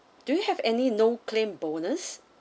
do you have any no claim bonus